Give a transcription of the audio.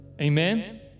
Amen